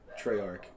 Treyarch